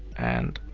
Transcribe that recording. and,